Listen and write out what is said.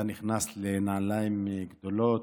אתה נכנס לנעליים גדולות.